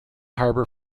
harbor